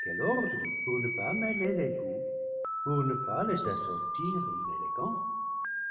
quel ordre pour ne pas mêler les goûts pour ne pas les assortir inélégants